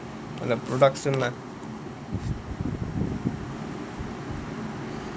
and the production lah